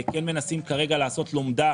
כן מנסים כרגע לעשות לומדה